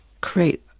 create